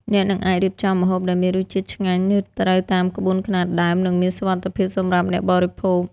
អ្នកនឹងអាចរៀបចំម្ហូបដែលមានរសជាតិឆ្ងាញ់ ត្រូវតាមក្បួនខ្នាតដើម និងមានសុវត្ថិភាពសម្រាប់អ្នកបរិភោគ។